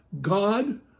God